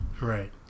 Right